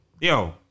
yo